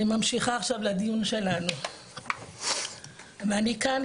אני ממשיכה עכשיו לדיון שלנו ואני כאן,